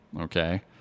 okay